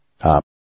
Up